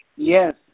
Yes